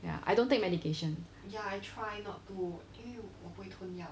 ya I don't take medication